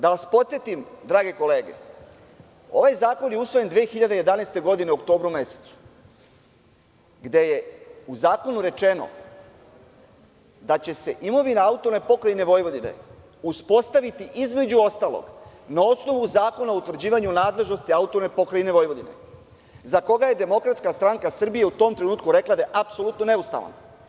Da vas podsetim, drage kolege, ovaj zakon je usvojen 2011. godine u oktobru mesecu, gde je u zakonu rečeno da će se imovina AP Vojvodine uspostaviti, između ostalog, na osnovu Zakona o utvrđivanju nadležnosti AP Vojvodine, za koga je DSS u tom trenutku rekla da je apsolutno neustavan.